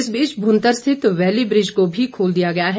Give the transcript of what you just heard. इस बीच भुतंर स्थित बैली ब्रिज को भी खोल दिया गया है